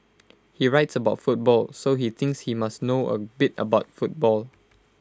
he writes about football so he thinks he must know A bit about football